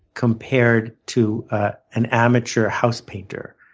compared to an amateur housepainter.